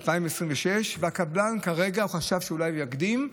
2026. הקבלן כרגע חשב שאולי הוא יקדים,